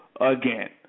again